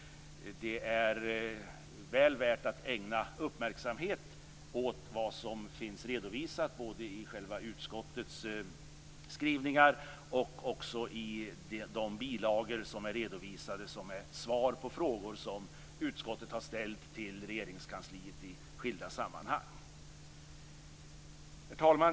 Det är väl värt att ägna uppmärksamhet åt vad som finns redovisat både i utskottets egna skrivningar och i de bilagor som är redovisade som svar på frågor som utskottet har ställt till Regeringskansliet i skilda sammanhang. Herr talman!